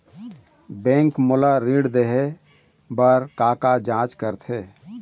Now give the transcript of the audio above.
Bank मोला ऋण देहे बार का का जांच करथे?